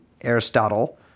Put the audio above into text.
Aristotle